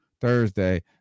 Thursday